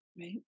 Right